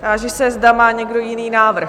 Táži se, zda má někdo jiný návrh?